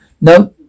No